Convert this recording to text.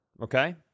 okay